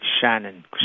Shannon